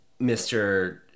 mr